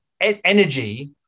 energy